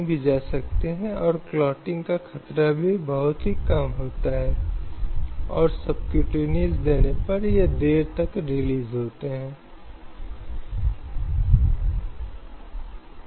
आप जानते हैं वह पिछड़ गई है और इसलिए उसके अधिकार का पूरा अहसास उसके सपने जैसा है